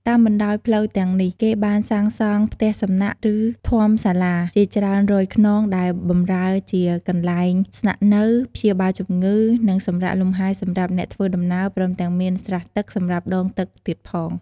តាមបណ្ដោយផ្លូវទាំងនេះ គេបានសាងសង់ "ផ្ទះសំណាក់" ឬ "ធម្មសាលា"ជាច្រើនរយខ្នង ដែលបម្រើជាកន្លែងស្នាក់នៅ ព្យាបាលជំងឺ និងសំរាកលំហែសម្រាប់អ្នកធ្វើដំណើរ ព្រមទាំងមាន ស្រះទឹក សម្រាប់ដងទឹកទៀតផង។